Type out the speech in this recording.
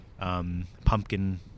pumpkin